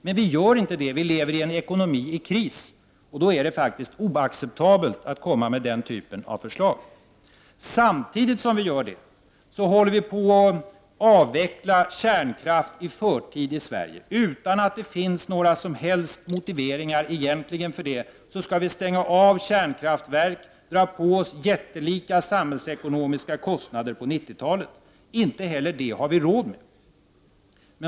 Men vi gör inte det, vi lever i en ekonomi i kris, och då är det faktiskt oacceptabelt att lägga fram den typen av förslag. Samtidigt som vi gör det, håller vi på att avveckla kärnkraft i förtid i Sverige. Utan att det egentligen finns några som helst motiveringar för det skall vi stänga av kärnkraftverk och dra på oss jättelika samhällsekonomiska kostnader på 90-talet. Inte heller det har vi råd med.